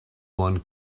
one